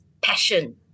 passion